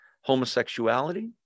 homosexuality